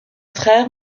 frère